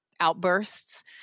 outbursts